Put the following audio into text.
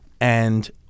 And-